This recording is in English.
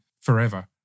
forever